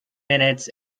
minutes